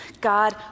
God